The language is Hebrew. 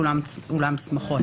לאולם שמחות.